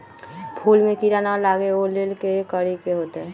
फूल में किरा ना लगे ओ लेल कि करे के होतई?